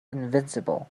invincible